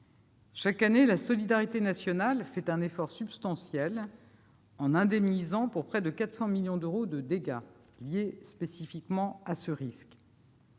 Chaque année, la solidarité nationale consent un effort substantiel, en indemnisant pour près de 400 millions d'euros de dégâts liés spécifiquement à ce risque.